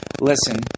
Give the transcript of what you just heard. listen